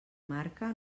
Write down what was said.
marca